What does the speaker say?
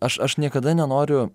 aš aš niekada nenoriu